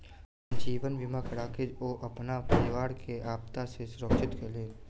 जीवन बीमा कराके ओ अपन परिवार के आपदा सॅ सुरक्षित केलैन